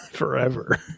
Forever